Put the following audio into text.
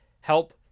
help